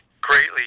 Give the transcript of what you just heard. greatly